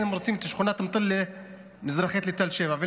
הם רוצים את שכונת אל-מטלה מזרחית לתל שבע.